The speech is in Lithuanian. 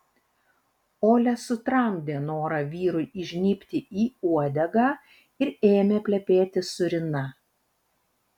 olia sutramdė norą vyrui įžnybti į uodegą ir ėmė plepėti su rina